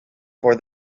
for